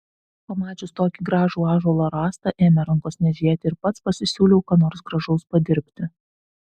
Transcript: pamačius tokį gražų ąžuolo rąstą ėmė rankos niežėti ir pats pasisiūliau ką nors gražaus padirbti